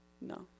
No